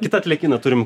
kitą atliekyną turim